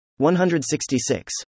166